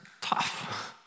tough